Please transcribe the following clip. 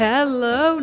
Hello